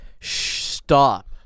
Stop